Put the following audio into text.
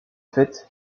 fait